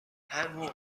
هنوزم